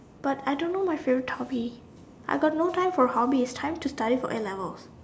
but I don't know my favourite hobby I got no time for a hobby it's time to study for A-levels